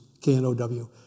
K-N-O-W